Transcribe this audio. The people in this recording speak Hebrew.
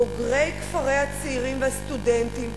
בוגרי כפרי הצעירים והסטודנטים,